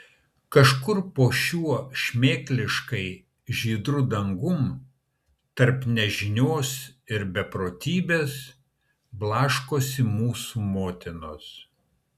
kažkur po šiuo šmėkliškai žydru dangum tarp nežinios ir beprotybės blaškosi mūsų motinos